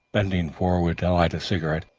bending forward to light a cigarette,